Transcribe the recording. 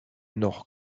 nord